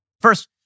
First